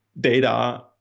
data